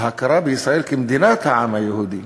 ההכרה בישראל כמדינת העם היהודי?